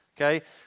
Okay